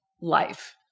life